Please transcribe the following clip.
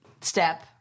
step